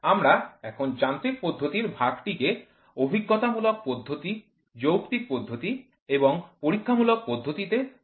আমরা এখন যান্ত্রিক পদ্ধতির ভাগটিকে অভিজ্ঞতামূলক পদ্ধতি যৌক্তিক পদ্ধতি এবং পরীক্ষামূলক পদ্ধতি তে শ্রেণিবদ্ধ করেছি